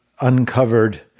uncovered